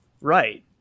Right